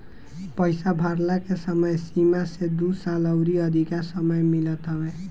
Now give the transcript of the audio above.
पईसा भरला के समय सीमा से दू साल अउरी अधिका समय मिलत हवे